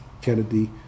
Kennedy